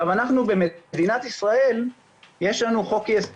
במדינת ישראל יש חוק יסוד